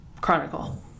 Chronicle